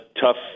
tough